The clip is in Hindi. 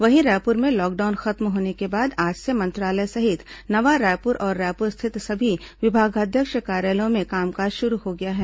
वहीं रायपुर में लॉकडाउन खत्म होने के बाद आज से मंत्रालय सहित नवा रायपुर और रायपुर स्थित सभी विभागाध्यक्ष कार्यालयों में कामकाज शुरू हो गया है